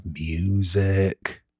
music